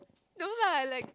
no lah like